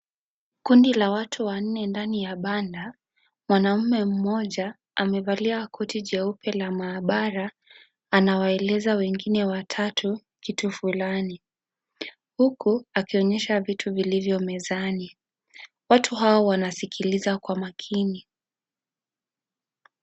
Kundi la watu wanne ndani ya banda, mwanaume mmoja amevalia koti jeupe la maabara anawaeleza wengine watatu kitu Fulani, huku akionyesha vitu vilivyo mezani, watu Hawa wanaskiliza kwa makini.